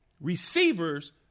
receivers